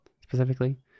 specifically